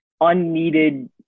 unneeded